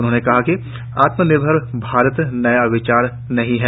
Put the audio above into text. उन्होंने कहा कि आत्मनिर्भर भारत नया विचार नही है